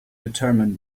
determined